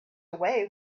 away